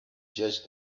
judge